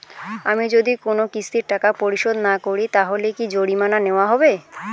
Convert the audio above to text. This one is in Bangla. আমি যদি কোন কিস্তির টাকা পরিশোধ না করি তাহলে কি জরিমানা নেওয়া হবে?